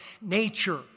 nature